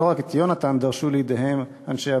לא רק את יהונתן דרשו לידיהם אנשי הבולשת,